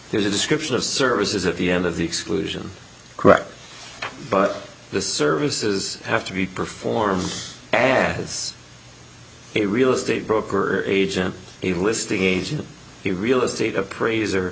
there's a description of services at the end of the exclusion correct but the services have to be performed adds a real estate broker agent a listing agent the real estate appraiser